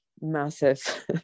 massive